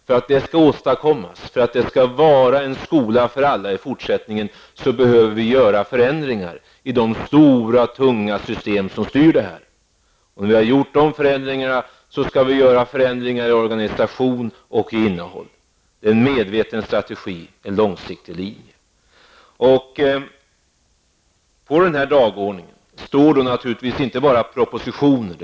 För att det skall åstadkommas och för att det skall vara en skola för alla i fortsättningen, behöver vi göra förändringar i de stora tunga system som styr verksamheten. När vi har genomfört de förändringarna skall vi genomföra förändringar i organisation och innehåll. Det är en medveten strategi, en långsiktig linje. På dagordningen står naturligtvis inte bara propositioner.